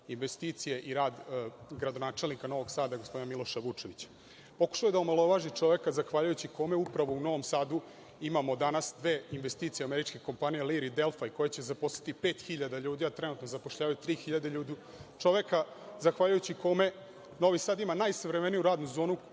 investicije i rad gradonačelnika Novog Sada, gospodina Miloša Vučevića. Pokušao je omalovaži čoveka zahvaljujući kome u Novom Sadu imamo danas dve investicije američke kompanije „Lear“ i „Delfi“ i koja će zaposliti 5.000 ljudi, a trenutno zapošljavaju 3.000 ljudi, čoveka zahvaljujući kome Novi Sad ima najsavremeniju radnu zonu